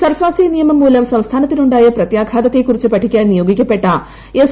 SARFAESI നിയമം മൂലം സംസ്ഥാനത്തിനുണ്ടായ പ്രത്യഘാതത്തെക്കുറിച്ചു പഠിക്കാൻ നിയോഗിക്കപ്പെട്ട എസ്